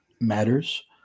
matters